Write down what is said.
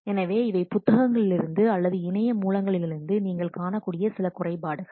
எனவே இவை புத்தகங்களிலிருந்து அல்லது இணைய மூலங்களிலிருந்து நீங்கள் காணக்கூடிய சில குறைபாடுகள்